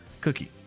Cookie